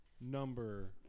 number